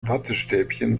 wattestäbchen